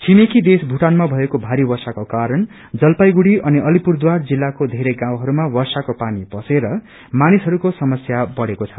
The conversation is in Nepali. छिमेकी देश भुआनमा भएको भरी वर्षाको कारण जलपाईगुड़ी अनि अलिपुरद्वार जिल्लको धेरै गाउँहरूमा वर्षाको पानी पसेर मानिसहरूको समस्य बढ़ेको छ